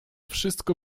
wszystko